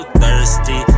thirsty